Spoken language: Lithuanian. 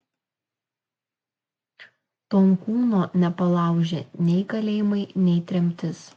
tonkūno nepalaužė nei kalėjimai nei tremtis